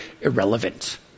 irrelevant